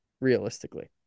Realistically